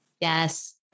Yes